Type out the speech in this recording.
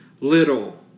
Little